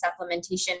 supplementation